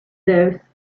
those